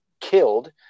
killed